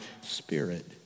spirit